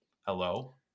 hello